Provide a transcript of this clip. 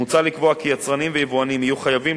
מוצע לקבוע כי יצרנים ויבואנים יהיו חייבים,